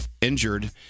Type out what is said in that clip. injured